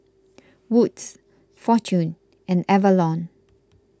Wood's fortune and Avalon